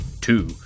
Two